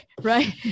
right